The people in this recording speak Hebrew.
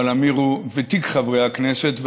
אבל עמיר הוא ותיק חברי הכנסת,